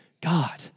God